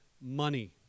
money